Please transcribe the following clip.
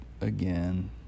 again